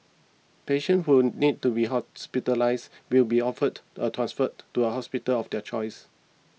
patients who need to be hospitalised will be offered a transfer to a hospital of their choice